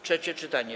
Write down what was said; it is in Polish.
Trzecie czytanie.